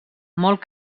molt